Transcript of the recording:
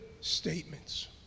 statements